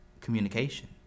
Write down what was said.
communication